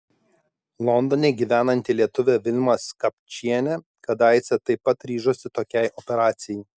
londone gyvenanti lietuvė vilma skapčienė kadaise taip pat ryžosi tokiai operacijai